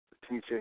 teaching